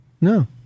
No